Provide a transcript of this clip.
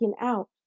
out